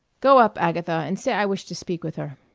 go up, agatha, and say i wish to speak with her.